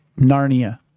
Narnia